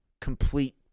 complete